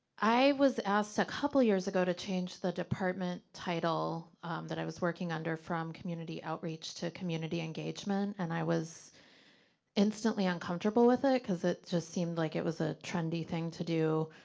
i was asked a couple of years ago to change the department title that i was working under, from community outreach to community engagement, and i was instantly uncomfortable with it, cause it just seemed like it was a trendy thing to do,